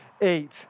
eight